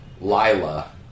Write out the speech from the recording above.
Lila